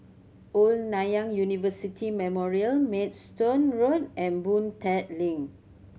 Old Nanyang University Memorial Maidstone Road and Boon Tat Link